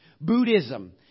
Buddhism